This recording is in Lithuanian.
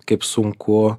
kaip sunku